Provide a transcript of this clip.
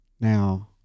Now